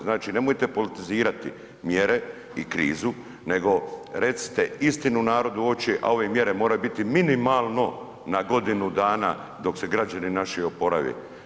Znači, nemojte politizirati mjere i krizu, nego recite istinu narodu u oči, a ove mjere moraju biti minimalno na godinu dana dok se građani naši oporave.